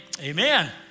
amen